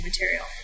material